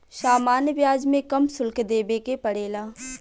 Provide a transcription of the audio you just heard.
सामान्य ब्याज में कम शुल्क देबे के पड़ेला